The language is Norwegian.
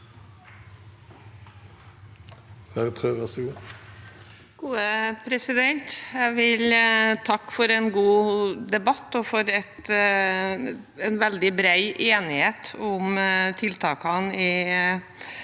(A) Jeg vil takke for en god debatt og for en veldig bred enighet om tiltakene i